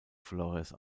flores